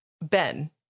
Ben